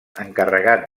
encarregat